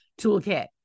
toolkit